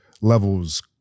levels